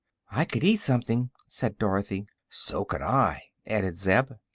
i could eat something, said dorothy. so could i, added zeb.